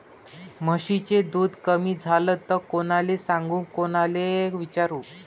म्हशीचं दूध कमी झालं त कोनाले सांगू कोनाले विचारू?